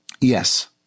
Yes